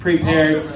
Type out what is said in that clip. Prepared